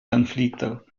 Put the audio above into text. конфликтов